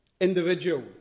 individual